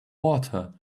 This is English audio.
water